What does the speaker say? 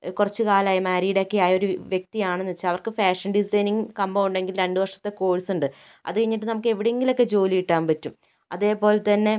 കുറച്ച് കാലമായി മാരീടൊക്കെയായ ഒരു വ്യക്തിയാണെന്ന് വച്ചാൽ അവർക്ക് ഫാഷൻ ഡിസൈനിങ്ങ് കമ്പം ഉണ്ടെങ്കിൽ രണ്ട് വർഷത്തെ കോഴ്സുണ്ട് അത് കഴിഞ്ഞിട്ട് നമുക്ക് എവിടെ എങ്കിലുമൊക്കെ ജോലി കിട്ടാൻ പറ്റും അതേപോലെ തന്നെ